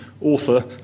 author